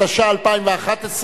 התשע"א 2011,